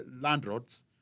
Landlords